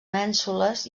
mènsules